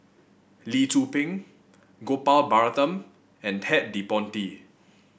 Lee Tzu Pheng Gopal Baratham and Ted De Ponti